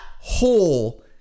hole